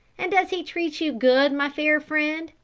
and does he treat you good, my fair friend?